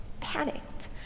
panicked